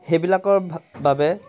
সেইবিলাকৰ বাবে